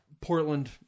Portland